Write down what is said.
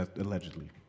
Allegedly